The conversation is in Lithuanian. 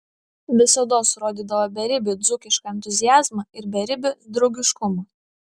visados rodydavo beribį dzūkišką entuziazmą ir beribį draugiškumą